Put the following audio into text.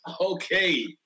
Okay